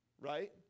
right